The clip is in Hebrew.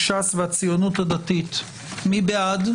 ש"ס והציונות הדתית מי בעד,